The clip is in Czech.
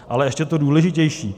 Ale ještě to důležitější.